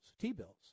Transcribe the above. T-bills